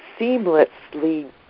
seamlessly